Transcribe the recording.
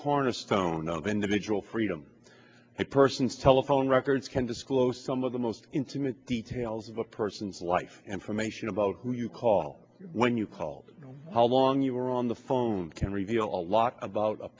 cornerstone of individual freedom a person's telephone records can disclose some of the most intimate details of a person's life information about who you call when you call how long you were on the phone can reveal a lot about a